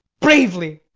bravely,